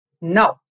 no